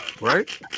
right